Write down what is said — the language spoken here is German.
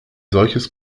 solches